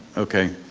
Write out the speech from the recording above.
okay.